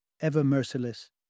ever-merciless